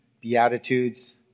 beatitudes